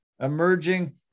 emerging